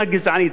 פשוט מאוד,